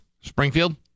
Springfield